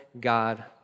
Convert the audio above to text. God